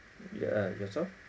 yeah yourself